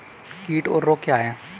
कीट और रोग क्या हैं?